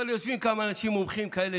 אבל יושבים כמה אנשים מומחים כאלה,